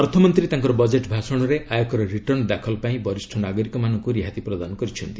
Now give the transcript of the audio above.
ଅର୍ଥମନ୍ତ୍ରୀ ତାଙ୍କର ବଜେଟ୍ ଭାଷଣରେ ଆୟକର ରିଟର୍ଣ୍ଣ ଦାଖଲ ପାଇଁ ବରିଷ୍ଣ ନାଗରିକମାନଙ୍କୁ ରିହାତି ପ୍ରଦାନ କରିଛନ୍ତି